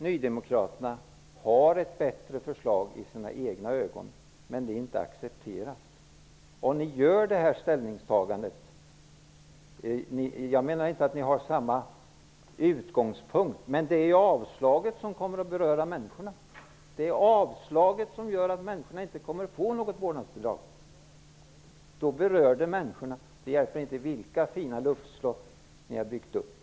Nydemokraterna har nu ett i sina egna ögon bättre förslag, och det accepteras inte. Ni gör det ställningstagandet. Jag menar inte att ni har samma utgångspunkt, men det är avslaget som kommer att beröra människorna. Det är avslaget som gör att människorna inte kommer att få något vårdnadsbidrag, och det berör människorna. Det hjälper inte med de fina luftslott som ni har byggt upp.